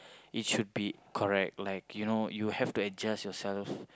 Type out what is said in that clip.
it should be correct like you know you have to adjust yourself